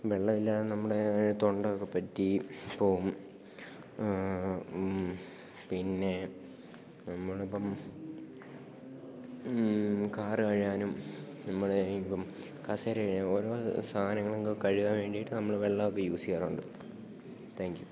വെള്ളമില്ലാതെ നമ്മുടെ തൊണ്ട ഒക്കെ വറ്റി ഇപ്പോള് പിന്നെ നമ്മളിപ്പോള് കാര് കഴുകാനും നമ്മുടെ ഇപ്പോള് കസേര കഴുകാന് ഓരോ സാധനങ്ങളൊക്കെ കഴുകാൻ വേണ്ടിയിട്ട് നമ്മള് വെള്ളമൊക്കെ യൂസ് ചെയ്യാറുണ്ട് താങ്ക്യൂ